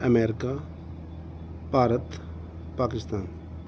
America Bharat Pakistan